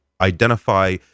identify